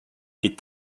est